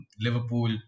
Liverpool